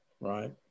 right